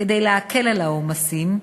כדי להקל את העומסים,